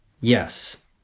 Yes